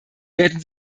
werden